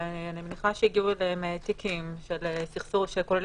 שאני מניחה שהגיעו אליהם תיקים שכוללים